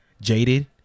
Jaded